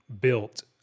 built